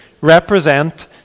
represent